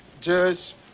Judge